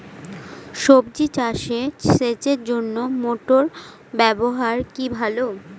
সবজি চাষে সেচের জন্য মোটর ব্যবহার কি ভালো?